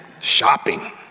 Shopping